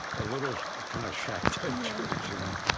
a little kind of shack-type church, you know,